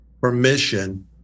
permission